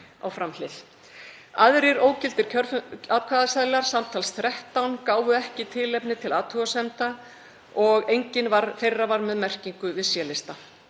á framhlið. Aðrir ógildir kjörfundarseðlar, samtals 13, gáfu ekki tilefni til athugasemda og enginn þeirra var með merkingu við C-lista.